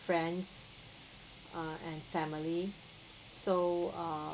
friends uh and family so err